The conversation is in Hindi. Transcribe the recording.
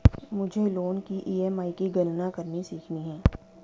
मुझे लोन की ई.एम.आई की गणना करनी सीखनी है